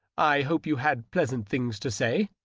i hope you had pleasant things to say.